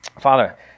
Father